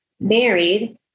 married